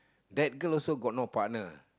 that girl also got no partner